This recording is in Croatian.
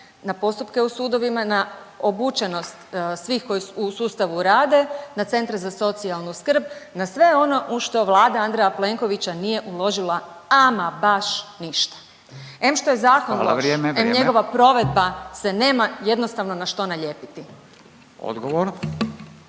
na postupke u sudovima, na obučenost svih koji u sustavu rade, na centre za socijalnu skrb, na sve ono u što vlada Andreja Plenkovića nije uložila ama baš ništa. Em što je zakon loš… .../Upadica: Hvala. Vrijeme. Vrijeme./... em njegova provedba se nema jednostavno na što nalijepiti. **Radin,